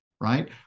right